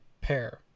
pair